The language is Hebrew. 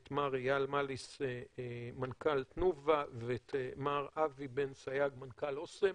את מר איל מליס מנכ"ל תנובה ואת מר אבי בן אסאייג מנכ"ל אסם.